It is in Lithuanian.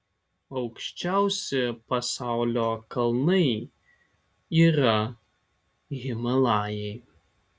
aukščiausi pasaulio kalnai yra himalajai